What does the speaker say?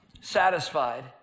satisfied